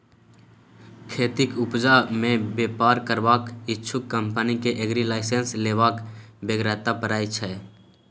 खेतीक उपजा मे बेपार करबाक इच्छुक कंपनी केँ एग्री लाइसेंस लेबाक बेगरता परय छै